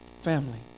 family